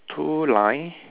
two line